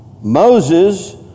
Moses